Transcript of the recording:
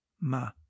ma